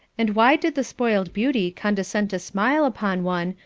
and why did the spoiled beauty condescend to smile upon one,